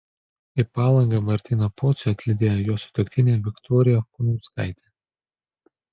į palangą martyną pocių atlydėjo jo sutuoktinė viktorija kunauskaitė